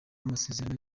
amasezerano